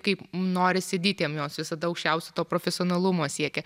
kaip norisi dytėm jos visada aukščiausio to profesionalumo siekė